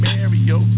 Mario